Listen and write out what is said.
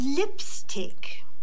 lipstick